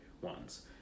ones